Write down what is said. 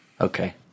Okay